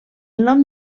nom